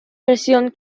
versión